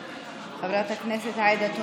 חברי הכנסת איימן עודה,